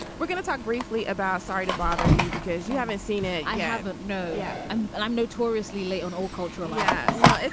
we're going to talk briefly about sorry to bother you because you haven't seen it i haven't. no. yeah i'm and i'm notoriously late on all culturally yeah no